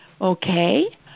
okay